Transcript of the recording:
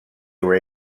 were